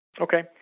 Okay